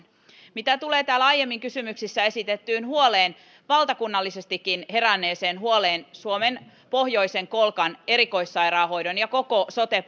mitä tulee täällä aiemmin kysymyksissä esitettiin huoleen valtakunnallisestikin heränneeseen huoleen suomen pohjoisen kolkan erikoissairaanhoidon ja koko sote